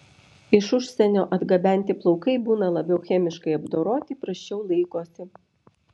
iš užsienio atgabenti plaukai būna labiau chemiškai apdoroti prasčiau laikosi